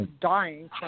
dying